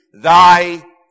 Thy